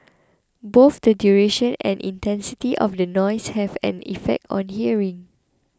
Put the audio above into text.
both the duration and intensity of the noise have an effect on hearing